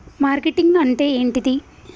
Marketing అంటే ఏంటిది?